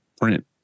print